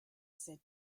said